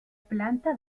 planta